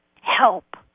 Help